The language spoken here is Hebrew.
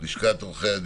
לשכת עורכי הדין.